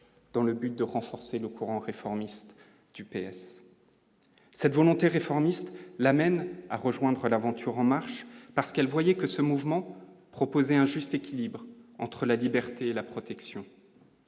dans le but de renforcer le courant réformiste du PS cette volonté réformiste l'amène à rejoindre l'aventure en marche parce qu'elle voyait que ce mouvement proposer un juste équilibre entre la liberté et la protection.